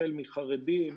החל מחרדים,